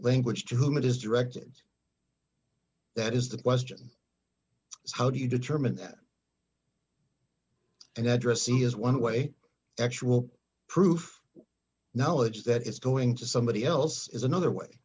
language to whom it is directed that is the question is how do you determine that and addressee is one way actual proof knowledge that it's going to somebody else is another way